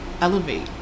elevate